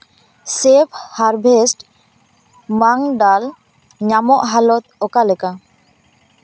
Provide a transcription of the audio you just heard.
chef harvest ᱢᱟᱝᱰᱟᱞ ᱧᱟᱢᱚᱜ ᱦᱟᱞᱚᱛ ᱚᱠᱟ ᱞᱮᱠᱟ